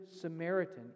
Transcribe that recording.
Samaritan